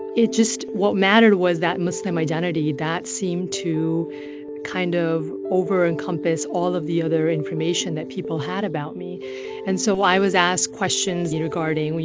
it just what mattered was that muslim identity. that seemed to kind of over-encompass all of the other information that people had about me and so i was asked questions, you know, regarding, you